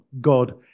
God